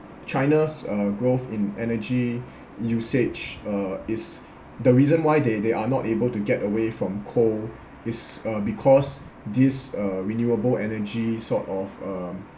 china's uh growth in energy usage uh is the reason why they they are not able to get away from coal is uh because these uh renewable energy sort of uh